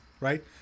right